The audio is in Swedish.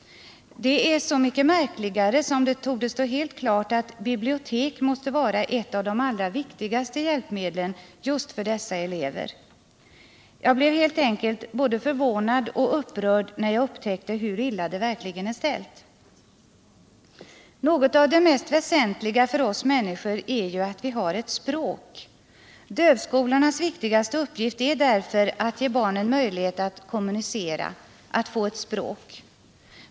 Detta är så mycket märkligare som det torde stå helt klart att bibliotek måste vara ett av de allra viktigaste hjälpmedlen just för de elever det här gäller. Jag blev helt enkelt både förvånad och upprörd när jag upptäckte hur illa det verkligen är ställt. Något av det mest väsentliga för oss människor är ju att vi har ett språk. Dövskolornas viktigaste uppgift är därför att ge barnen möjlighet att kommunicera, att få ett språk.